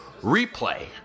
replay